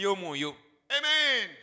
Amen